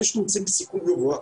אלה שנמצאים בסיכון גבוה.